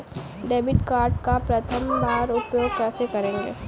Debit card का प्रथम बार उपयोग कैसे करेंगे?